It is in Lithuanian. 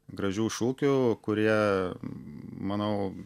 gražių šūkių kurie manau